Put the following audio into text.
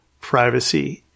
privacy